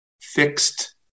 fixed